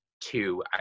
two